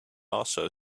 also